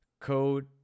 Code